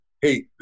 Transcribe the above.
hey